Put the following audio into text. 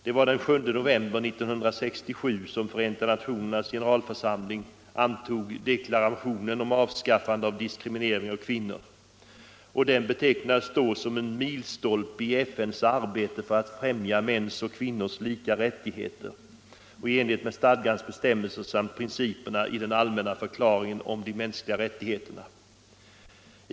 Det var den 7 november 1967 som Förenta nationernas generalförsamling antog deklarationen om avskaffande av diskriminering av kvinnor. Den betecknades då som en milstolpe i FN:s arbete för att främja mäns och kvinnors lika rättigheter i enlighet med stadgans bestämmelser samt principerna i den allmänna förklaringen om de mänskliga rättigheterna.